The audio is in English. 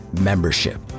membership